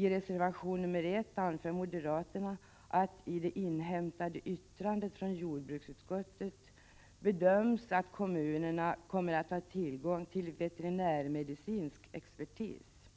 I reservation 1 anser moderaterna att det i det inhämtade yttrandet från jordbruksutskottet bedöms att kommunerna kommer att ha tillgång till veterinärmedicinsk expertis.